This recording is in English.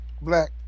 Black